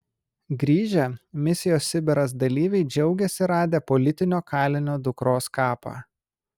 grįžę misijos sibiras dalyviai džiaugiasi radę politinio kalinio dukros kapą